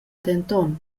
denton